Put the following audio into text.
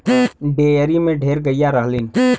dairy में ढेर गइया रहलीन